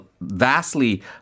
vastly